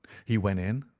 he went in,